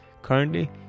Currently